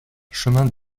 chemin